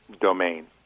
domain